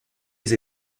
les